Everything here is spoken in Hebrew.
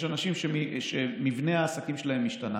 יש אנשים שמבנה העסקים שלהם השתנה.